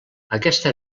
aquesta